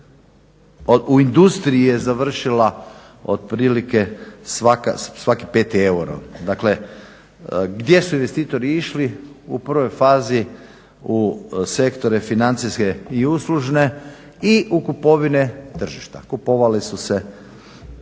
u industriji je završio otprilike svaki 5. euro, dakle gdje su investitori išli. U prvoj fazi u sektore financijske i uslužne i u kupovine tržišta. Kupovali su se tržišni